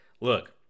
look